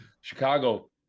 Chicago